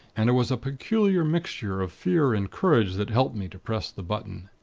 and it was a peculiar mixture of fear and courage that helped me to press the button.